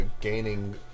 gaining